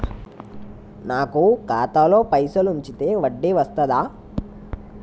నాకు ఖాతాలో పైసలు ఉంచితే వడ్డీ వస్తదా?